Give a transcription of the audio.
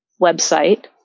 website